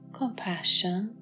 compassion